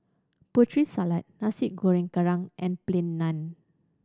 Putri Salad Nasi Goreng Kerang and Plain Naan